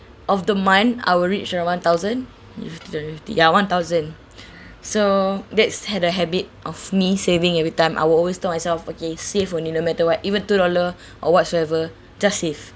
of the month I'll reach around one thousand if two hundred and fifty ya one thousand so that's had a habit of me saving every time I will always tell myself okay save only no matter what even two dollar or whatsoever just save